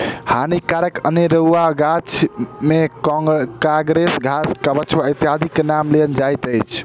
हानिकारक अनेरुआ गाछ मे काँग्रेस घास, कबछुआ इत्यादिक नाम लेल जाइत अछि